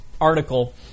article